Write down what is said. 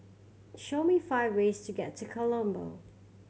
show me five ways to get to Colombo